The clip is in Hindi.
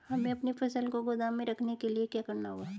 हमें अपनी फसल को गोदाम में रखने के लिये क्या करना होगा?